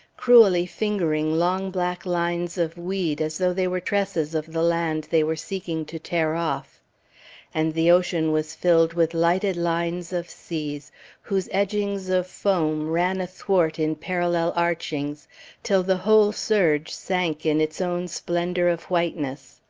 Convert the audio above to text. cruelly fingering long black lines of weed as though they were tresses of the land they were seeking to tear off and the ocean was filled with lighted lines of seas whose edgings of foam ran athwart in parallel archings till the whole surge sank in its own splendour of whiteness.